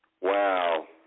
Wow